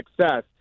success